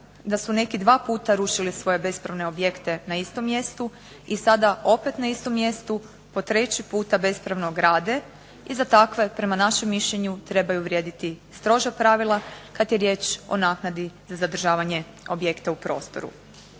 da su neki dva puta rušili svoje bespravne objekte na istom mjestu, i sada opet na istom mjestu po treći put bespravno grade, i za takve prema našem mišljenju trebaju vrijediti stroža pravila kad je riječ o naknadi za zadržavanje objekta u prostoru.